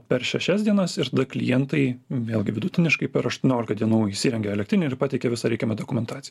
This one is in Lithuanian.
per šešias dienas ir tada klientai vėlgi vidutiniškai per aštuoniolika dienų įsirengia elektrinę ir pateikia visą reikiamą dokumentaciją